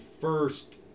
first